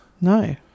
No